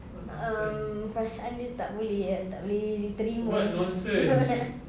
um perasaan dia tak boleh kan tak boleh terima you jangan nak